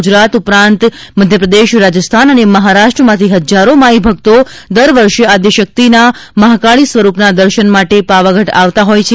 ગુજરાત ઉપરાંત મધ્યપ્રદેશ રાજસ્થાન અને મહારાષ્ટ્રમાંથી હજારો માઈભક્તો દર વર્ષે આદ્યશક્તિના મહાકાળી સ્વરૂપના દર્શન માટે પાવાગઢ આવતા હોય છે